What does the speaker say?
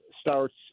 starts